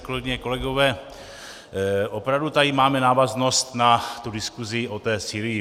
Kolegyně, kolegové, opravdu tady máme návaznost na tu diskuzi o Sýrii.